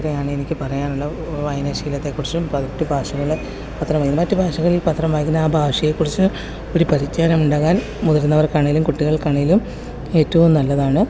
ഇത്രയാണ് എനിക്ക് പറയാനുള്ളത് വായനാശീലത്തെ കുറിച്ചും മറ്റു ഭാഷകളിലെ പത്രവുമായും മറ്റ് ഭാഷകളിൽ പത്രം വായിക്കുന്നത് ആ ഭാഷയെ കുറിച്ച് ഒരു പരിജ്ഞാനം ഉണ്ടാകാൻ മുതിർന്നവർക്ക് ആണെങ്കിലും കുട്ടികൾക്ക് ആണെങ്കിലും ഏറ്റവും നല്ലതാണ്